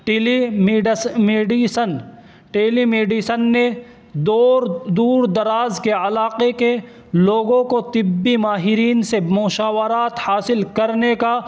ٹیلی medicine telemedicine نے دور دور دراز کے علاقے کے لوگو کو طبی ماہرین سے مشاورات حاصل کرنے کا